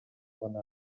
гана